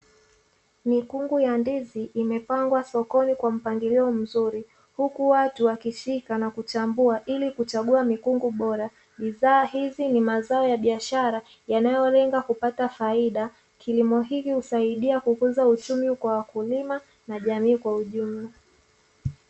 Mikungu ya ndizi imepangwa sokoni kwa mpangilio mzuri huku watu wakishika kuchambua ili kuchagua mkungu bora, bidhaa hizi ni mazao ya biashara yanayolenga kupata faida kilimo hiki husaidia kukuza uchumi kwa wakulima na jamii kwa ujumla.